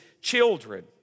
children